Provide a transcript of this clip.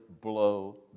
blow